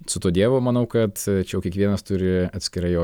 su tuo dievu manau kad čia jau kiekvienas turi atskirai jo